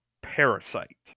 Parasite